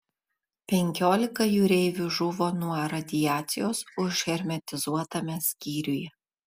penkiolika jūreivių žuvo nuo radiacijos užhermetizuotame skyriuje